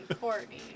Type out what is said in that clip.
Courtney